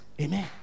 Amen